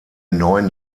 neun